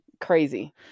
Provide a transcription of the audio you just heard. Crazy